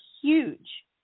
huge